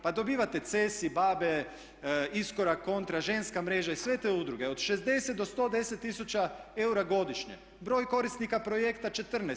Pa dobivate CESI, Babe, Iskorak, Kontra, Ženska mreža i sve te udruge od 60 do 110 000 eura godišnje, broj korisnika projekta 14.